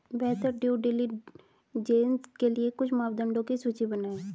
बेहतर due diligence के लिए कुछ मापदंडों की सूची बनाएं?